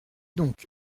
donc